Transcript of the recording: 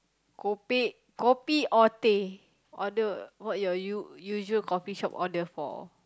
copy copy or day or the other what your you usual coffee shop order for